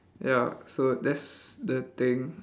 ya so that's the thing